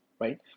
right